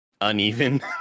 uneven